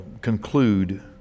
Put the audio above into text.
conclude